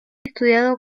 estudiado